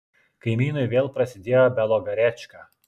kaimynui vėl prasidėjo belogarečka